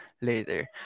later